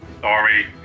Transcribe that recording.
Sorry